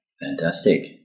Fantastic